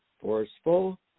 forceful